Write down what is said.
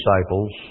disciples